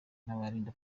perezida